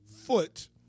foot